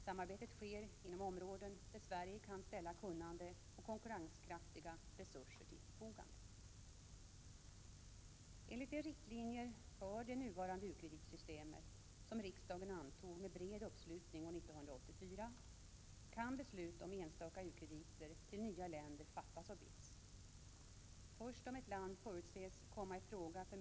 Samarbetet sker inom områden där Sverige kan ställa kunnande och konkurrenskraftiga resurser till förfogande.